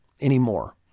anymore